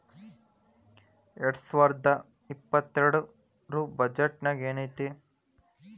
ಎರ್ಡ್ಸಾವರ್ದಾ ಇಪ್ಪತ್ತೆರ್ಡ್ ರ್ ಬಜೆಟ್ ನ್ಯಾಗ್ ಏನೈತಿ?